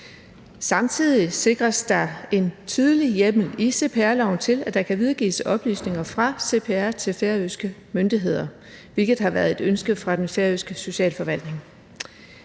Samtidig sikres der en tydelig hjemmel i cpr-loven til, at der kan videregives oplysninger fra CPR til færøske myndigheder, hvilket har været et ønske fra den færøske socialforvaltning.